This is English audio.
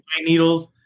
needles